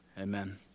amen